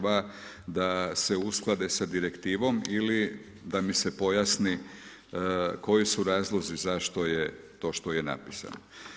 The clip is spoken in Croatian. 2. da se usklade sa direktivom ili da mi se pojasni koji su razlozi zašto je to što je napisano.